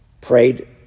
prayed